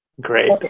Great